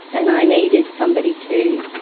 and i needed somebody to